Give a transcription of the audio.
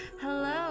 Hello